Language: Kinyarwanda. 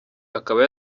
akaba